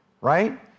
Right